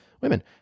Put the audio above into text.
women